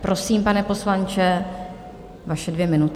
Prosím, pane poslanče, vaše dvě minuty.